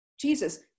Jesus